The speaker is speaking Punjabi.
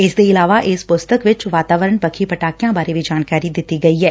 ਇਸ ਦੇ ਇਲਾਵਾ ਇਸ ਪੁਸਤਕ ਚ ਵਾਤਾਵਰਨ ਪੱਖੀ ਪਟਾਕਿਆ ਬਾਰੇ ਵੀ ਜਾਣਕਾਰੀ ਦਿੱਤੀ ਗਈ ਐ